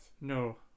No